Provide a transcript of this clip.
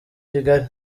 kigali